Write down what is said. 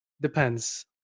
Depends